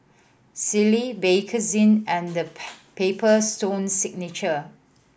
Sealy Bakerzin and The Paper Stone Signature